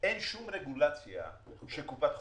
אין שום רגולציה של קופת חולים.